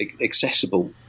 accessible